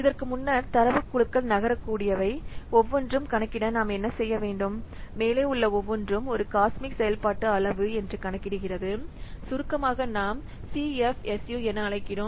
இதற்கு முன்னர் தரவுக் குழுக்கள் நகரக்கூடியவை ஒவ்வொன்றும் கணக்கிட நாம் என்ன செய்ய வேண்டும் மேலே உள்ள ஒவ்வொன்றும் ஒரு காஸ்மிக் செயல்பாட்டு அளவு என்று கணக்கிடுகிறது சுருக்கமாக நாம் Cfsu என அழைக்கிறோம்